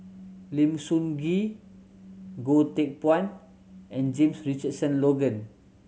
Lim Sun Gee Goh Teck Phuan and James Richardson Logan